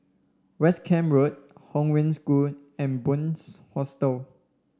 West Camp Road Hong Wen School and Bunc Hostel